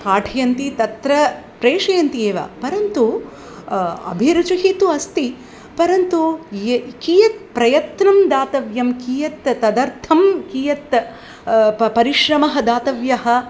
पाठयन्ति तत्र प्रेषयन्ति एव परन्तु अभिरुचिः तु अस्ति परन्तु ये कियद् प्रयत्नं दातव्यं कियत् तदर्थं कियत् प परिश्रमः दातव्यः